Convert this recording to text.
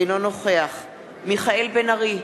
אינו נוכח מיכאל בן-ארי,